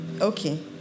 Okay